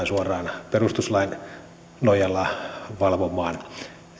suoraan perustuslain nojalla valvomaan